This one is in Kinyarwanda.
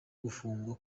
gufungwa